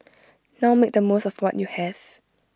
now make the most of what you have